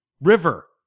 River